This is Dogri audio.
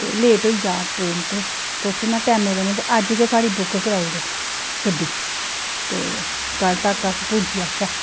ते लेट होई जा ट्रेन ते तुस ना टैमा कन्नै ते अज्ज गै साढ़ी बुक कराऊ ओड़ो गड्डी ते कल तक अस पुज्जी जाचै